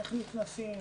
איך נכנסים,